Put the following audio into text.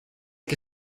que